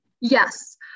Yes